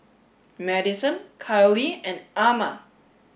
Madyson Kiley and Amma